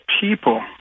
people